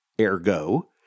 Ergo